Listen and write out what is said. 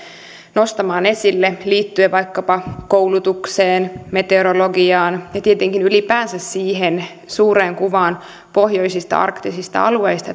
nostamaan esille liittyen vaikkapa koulutukseen meteorologiaan ja tietenkin ylipäänsä siihen suureen kuvaan pohjoisista arktisista alueista